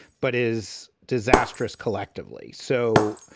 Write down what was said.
but is disastrous collectively. so